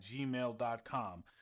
gmail.com